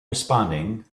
responding